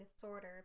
disorder